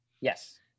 Yes